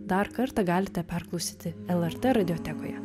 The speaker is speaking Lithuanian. dar kartą galite perklausyti lrt radiotekoje